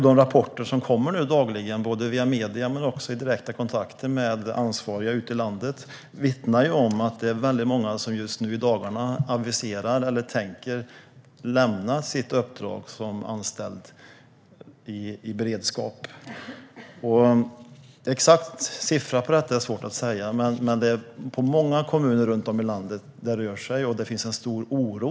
De rapporter som kommer dagligen, både via medierna och i direkta kontakter med ansvariga ute i landet, vittnar om att väldigt många nu i dagarna aviserar att de tänker lämna sitt uppdrag som anställd i beredskap. Det är svårt att säga exakta siffror för detta, men i många kommuner runt om i landet finns en stor oro.